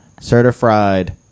certified